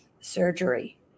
surgery